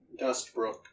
Dustbrook